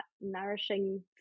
nourishing